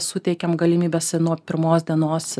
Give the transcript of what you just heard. suteikiam galimybes nuo pirmos dienos